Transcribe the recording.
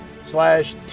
slash